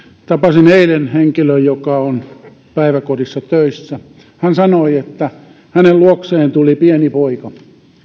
tapasin eilen henkilön joka on päiväkodissa töissä hän sanoi että hänen luokseen tuli pieni poika